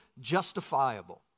justifiable